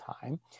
time